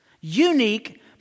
unique